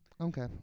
Okay